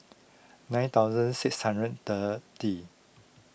nine thousand six hundred thirty